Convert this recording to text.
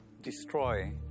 destroy